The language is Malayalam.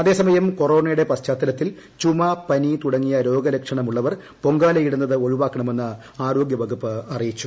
അതേസമയം കൊറോണയുടെ പശ്ചാത്തലത്തിൽ ചുമ പനി തുടങ്ങിയ രോഗലക്ഷണമുള്ളവർ പൊങ്കാലയിടുന്നത് ഒഴിവാക്കണമെന്ന് ആരോഗ്യവകുപ്പ് അറിയിച്ചു